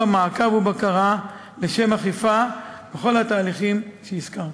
מעקב ובקרה לשם אכיפה בכל התהליכים שהזכרתי.